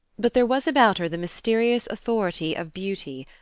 but there was about her the mysterious authority of beauty,